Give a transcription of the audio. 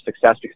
success